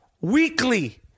weekly